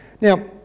Now